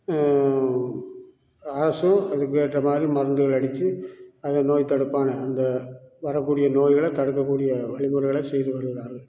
அரசும் அதுக்கேற்ற மாதிரி மருந்துகள் அடித்து அந்த நோய்தடுப்பானை அந்த வரக் கூடிய நோய்களை தடுக்கக்கூடிய வழிமுறைகள செய்து வருகிறார்கள்